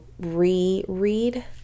reread